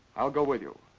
i'll go with you.